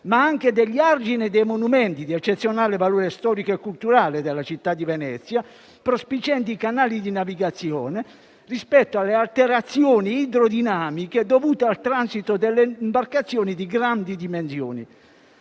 ma anche degli argini e dei monumenti di eccezionale valore storico e culturale della città di Venezia prospicienti i canali di navigazione, rispetto alle alterazioni idrodinamiche dovute al transito delle imbarcazioni di grandi dimensioni;